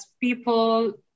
people